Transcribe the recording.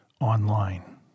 online